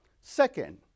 Second